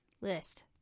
list